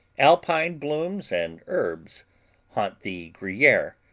alpine blooms and herbs haunt the gruyere,